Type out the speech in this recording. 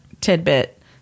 tidbit